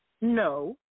No